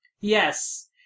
Yes